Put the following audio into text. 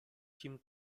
kim